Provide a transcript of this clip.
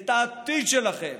את העתיד שלכם,